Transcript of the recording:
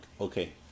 okay